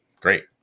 Great